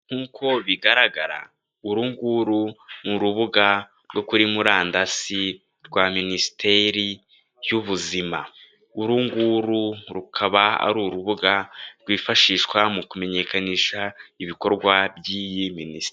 Nkuko bigaragara uru nguru ni urubuga rwo kuri murandasi rwa minisiteri y'ubuzima. Uru nguru rukaba ari urubuga rwifashishwa mu kumenyekanisha ibikorwa by'iyi minisiteri.